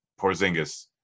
Porzingis